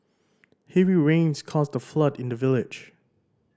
heavy rains caused a flood in the village